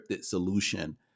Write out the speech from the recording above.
solution